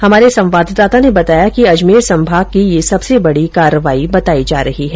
हमारे संवाददाता ने बताया कि अजमेर संभाग की यह सबसे बडी कार्रवाई बताई जा रही है